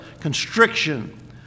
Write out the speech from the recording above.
constriction